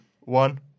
one